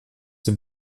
den